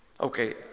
Okay